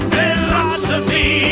Philosophy